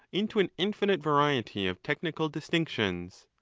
into an infinite variety of technical distinctions.